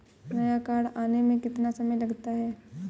नया कार्ड आने में कितना समय लगता है?